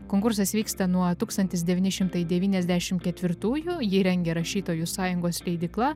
konkursas vyksta nuo tūkstantis devyni šimtai devyniasdešim ketvirtųjų jį rengia rašytojų sąjungos leidykla